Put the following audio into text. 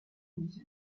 nicht